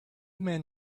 men